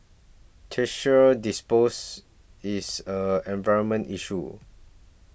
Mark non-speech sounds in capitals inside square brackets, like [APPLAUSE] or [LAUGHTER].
[UNINTELLIGIBLE] dispose is an environment issue